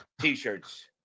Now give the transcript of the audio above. T-shirts